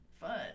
fun